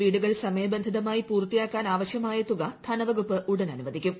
വീടുകൾ സമയബന്ധിതമായി പൂർത്തിയാക്കാൻ ആവശ്യമായ തുക ധനവകുപ്പ് ഉടൻ അനുവദിക്കും